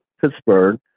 Pittsburgh